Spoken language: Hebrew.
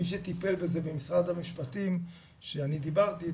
מי שטיפל בזה במשרד המשפטים שאני דיברתי איתו,